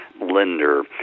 lender